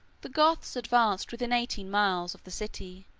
the goths advanced within eighteen miles. of the city,